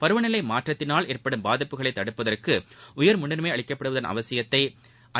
பருவநிலை மாற்றத்தினால் ஏற்படும் பாதிப்புகளை தடுப்பதற்கு உயர் முன்னுரிமை அளிக்கப்படுவதன் அவசியத்தை ஐ